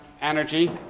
Energy